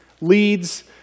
leads